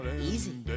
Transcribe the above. Easy